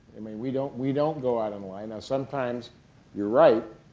i mean, we don't we don't go out and lie. now, sometimes you're right,